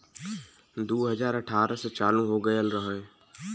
दू हज़ार अठारह से चालू हो गएल रहे